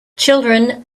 children